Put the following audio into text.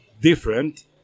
different